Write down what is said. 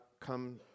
come